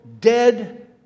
dead